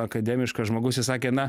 akademiškas žmogus jis sakė na